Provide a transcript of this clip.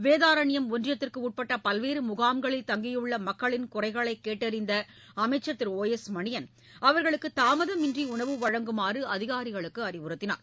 வேதாரண்யம் ஒன்றியத்திற்கு உட்பட்ட பல்வேறு முகாம்களில் தங்கியுள்ள மக்களின் குறைகளைக் கேட்டறிந்த அமைச்சர் திரு ஓ எஸ் மணியன் அவர்களுக்கு தாமதமின்றி உணவு வழங்குமாறு அதிகாரிகளுக்கு அறிவுறுத்தினார்